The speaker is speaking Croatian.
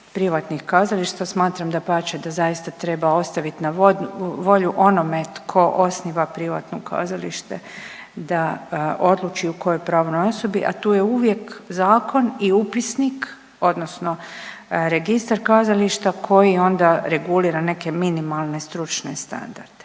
privatnih kazališta smatram dapače da zaista treba ostaviti na volju tko osniva privatno kazalište da odluči u kojoj pravnoj osobi, a to je uvijek zakon i upisnik odnosno registar kazališta koji onda regulira neke minimalne stručne standarde.